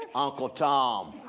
uncle tom.